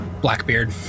Blackbeard